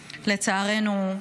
לצערנו,